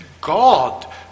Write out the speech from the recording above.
God